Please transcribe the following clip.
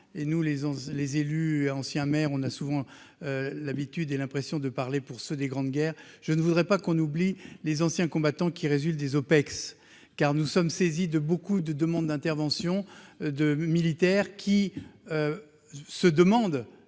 et nous les les élus, ancien maire, on a souvent l'habitude et l'impression de parler pour ceux des grandes guerres, je ne voudrais pas qu'on oublie les anciens combattants qui résultent des OPEX, car nous sommes saisis de beaucoup de demande d'intervention de militaires qui se demande